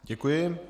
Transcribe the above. Děkuji.